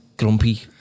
Grumpy